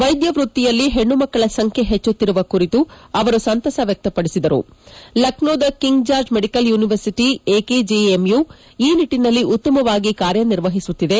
ವೈದ್ದ ವೃತ್ತಿಯಲ್ಲಿ ಹೆಣ್ಣು ಮಕ್ಕಳ ಸಂಖ್ಯೆ ಹೆಚ್ಚುತ್ತಿರುವ ಕುರಿತು ಅವರು ಸಂತಸ ವ್ಯಕ್ತಪಡಿಸಿದ ಅವರು ಲಕ್ನೋದ King George Medical University KGMU ಈ ನಿಟ್ಟನಲ್ಲಿ ಉತ್ತಮವಾಗಿ ಕಾರ್ಯ ನಿರ್ವಹಿಸುತ್ತಿದೆ